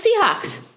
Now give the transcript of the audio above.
Seahawks